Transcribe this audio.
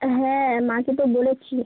হ্যাঁ মাকে তো বলেছি